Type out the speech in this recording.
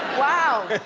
wow.